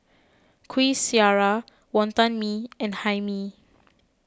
Kuih Syara Wonton Mee and Hae Mee